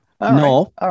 No